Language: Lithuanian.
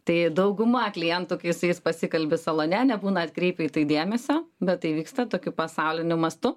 tai dauguma klientų kai su jais pasikalbi salone nebūna atkreipę į tai dėmesio bet tai vyksta tokiu pasauliniu mastu